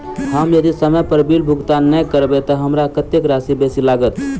यदि हम समय पर बिल भुगतान नै करबै तऽ हमरा कत्तेक राशि बेसी लागत?